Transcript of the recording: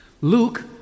Luke